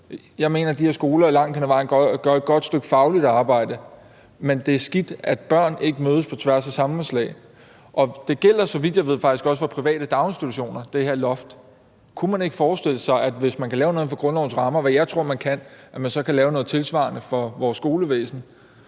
jeg mener, at de her skoler langt hen ad vejen gør et godt stykke fagligt arbejde, men det er skidt, at børn ikke mødes på tværs af samfundslag, og det her loft gælder, så vidt jeg ved, faktisk også for private daginstitutioner. Kunne man ikke forestille sig, at man, hvis man kan lave noget inden for grundlovens rammer – hvad jeg tror at man kan – så kan lave noget tilsvarende for vores skolevæsen?